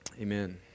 amen